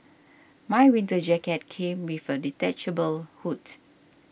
my winter jacket came with a detachable hood